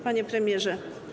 Panie Premierze!